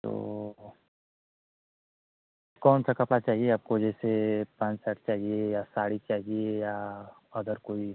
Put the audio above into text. तो कौन सा कपड़ा चाहिए आपको जैसे पैन्ट सर्ट चाहिए या साड़ी चाहिए या अदर कोई